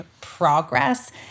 progress